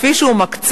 כפי שהיא מקצה,